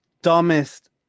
Dumbest